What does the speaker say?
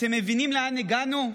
אתם מבינים לאן הגענו?